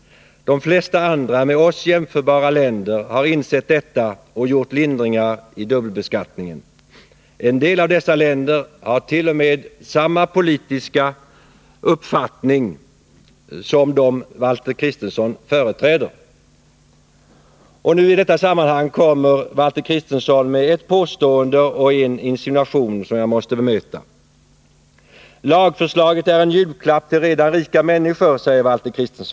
De flesta med oss jämförbara länder har insett detta och gjort lindringar i dubbelbeskattningen. En del av dessa länder har t.o.m. samma politiska uppfattning som den Valter Kristenson företräder. I detta sammanhang kommer Valter Kristenson med ett påstående och en insinuation som jag måste bemöta. Han säger att lagförslaget är en julklapp till redan rika människor.